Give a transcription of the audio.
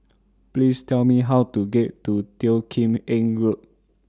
Please Tell Me How to get to Teo Kim Eng Road